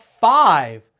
five